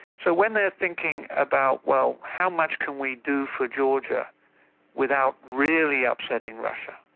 so when they're thinking about well how much can we do for georgia without really upsetting russia,